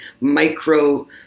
micro